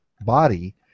body